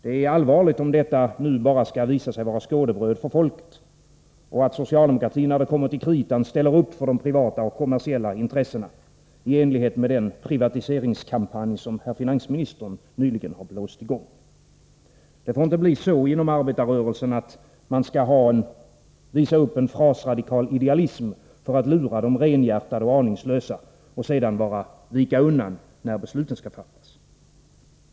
Det är allvarligt om detta nu bara skall visa sig vara skådebröd för folket och om socialdemokratin, när det kommer till kritan, ställer upp för de privata och kommersiella intressena i enlighet med den privatiseringskampanj som herr finansministern nyligen har blåst i gång. Det får inte bli så inom arbetarrörelsen, att man skall visa upp frasradikal idealism för att lura de renhjärtade och aningslösa och sedan vika undan när besluten skall fattas.